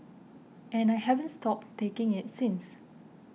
and I haven't stopped taking it since